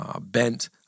bent